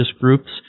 groups